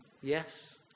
Yes